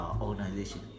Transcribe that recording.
organization